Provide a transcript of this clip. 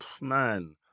man